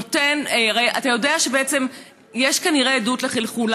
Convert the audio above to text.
אתה יודע שיש כנראה עדות לחלחול,